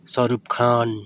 सरुप खान